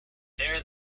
there